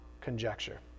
conjecture